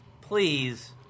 please